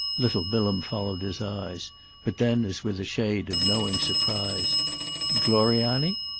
little bilham followed his eyes but then as with a shade of knowing surprise gloriani?